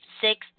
six